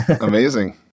Amazing